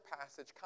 passage